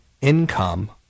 income